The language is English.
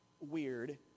weird